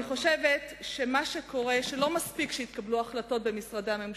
אני חושבת שמה שקורה הוא שלא מספיק שיתקבלו החלטות במשרדי הממשלה,